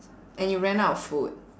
and you ran out of food